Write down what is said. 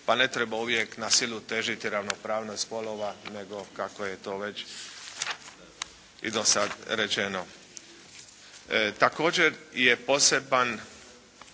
pa ne treba uvijek na silu težiti ravnopravnost spolova nego kako je to već i dosad rečeno. Također je poseban